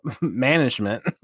management